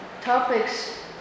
topics